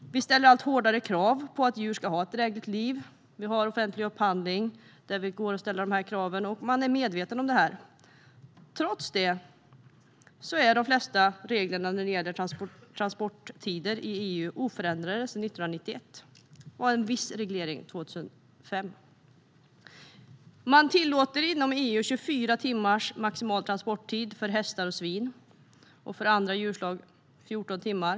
Vi ställer allt hårdare krav på att djur ska ha ett drägligt liv. Vi har offentlig upphandling där man kan ställa krav på sådant. Människor är medvetna. Trots detta är de flesta regler avseende transporttider inom EU oförändrade sedan 1991. En viss reglering gjordes dock 2005. Inom EU tillåts 24 timmars maximal transporttid för hästar och svin. För andra djurslag gäller transport i 14 timmar.